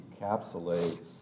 encapsulates